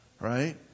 right